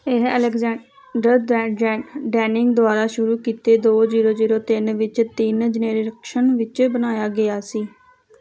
ਇਹ Alexander Denning ਦੁਆਰਾ ਸ਼ੁਰੂ ਕੀਤੇ ਦੋ ਜੀਰੋ ਜੀਰੋ ਤਿੰਨ ਵਿੱਚ ਤਿੰਨ ਜੇਨੇਰੇਸ਼ਨ ਵਿੱਚ ਬਣਾਇਆ ਗਿਆ ਸੀ